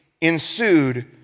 ensued